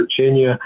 Virginia